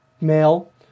male